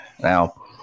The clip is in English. Now